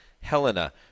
Helena